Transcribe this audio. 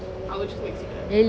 I would choose mexican